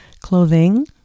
Clothing